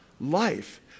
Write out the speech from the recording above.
life